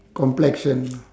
complexion